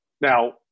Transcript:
now